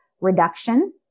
reduction